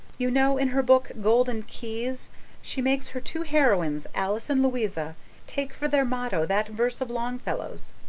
you know, in her book golden keys she makes her two heroines alice and louisa take for their motto that verse of longfellow's,